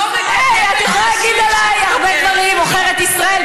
את יכולה להגיד עליי הרבה דברים: עוכרת ישראל,